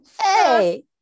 hey